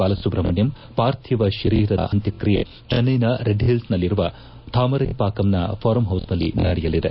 ಬಾಲಸುಬ್ರಹ್ಮಣ್ಣಂ ಪಾರ್ಥಿವ ಶರೀರಿದ ಅಂತ್ವಕ್ರಿಯೆ ಚೆನ್ನೈನ ರೆಡ್ಒಲ್ಸ್ನಲ್ಲಿರುವ ಥಾಮರೈ ಪಾಕಂನ ಫಾರಂ ಹೌಸ್ನಲ್ಲಿ ನಡೆಯಲಿದೆ